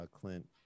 Clint